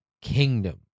Kingdom